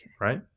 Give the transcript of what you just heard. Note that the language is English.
Right